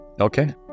Okay